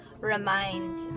remind